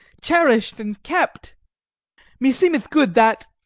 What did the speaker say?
cherish'd, and kept me seemeth good that,